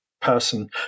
person